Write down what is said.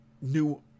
new